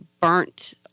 burnt